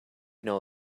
know